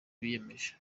biyemeje